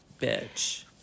bitch